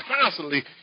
constantly